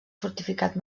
fortificat